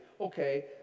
okay